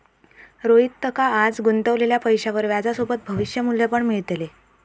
रोहितका आज गुंतवलेल्या पैशावर व्याजसोबत भविष्य मू्ल्य बदल पण मिळतले